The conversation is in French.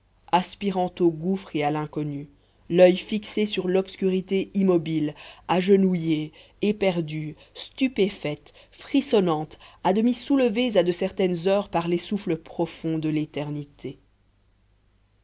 aspirant au gouffre et à l'inconnu l'oeil fixé sur l'obscurité immobile agenouillées éperdues stupéfaites frissonnantes à demi soulevées à de certaines heures par les souffles profonds de l'éternité